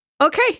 Okay